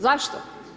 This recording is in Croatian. Zašto?